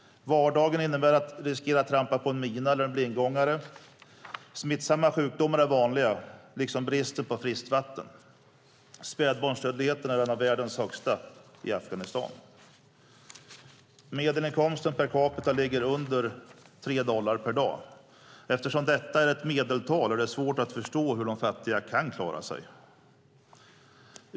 Vardagen innebär att riskera att trampa på en mina eller en blindgångare. Smittsamma sjukdomar är vanliga liksom bristen på friskt vatten. Spädbarnsdödligheten är en av världens högsta i Afghanistan. Medelinkomsten per capita ligger under 3 dollar per dag. Eftersom detta är ett medeltal är det svårt att förstå hur de fattiga kan klara sig.